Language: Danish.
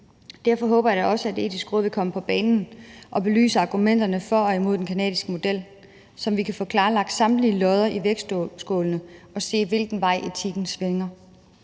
Derfor håber jeg da også, at Etisk Råd vil komme på banen og belyse argumenterne for og imod den canadiske model, så vi kan få klarlagt samtlige lodder i vægtskålene og se, hvilken vej etikken svinger.